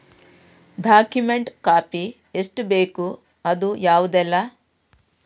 Document copy ಎಷ್ಟು ಬೇಕು ಅದು ಯಾವುದೆಲ್ಲ?